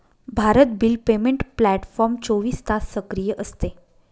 Bharat bill payment platform चोवीस तास सक्रिय असते